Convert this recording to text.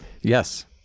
Yes